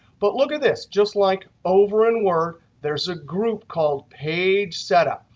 but look at this. just like over in word, there's a group called page setup.